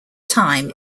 time